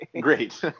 Great